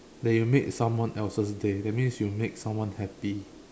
that you made someone else's day that means you make someone happy